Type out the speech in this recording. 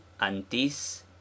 Antis